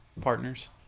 partners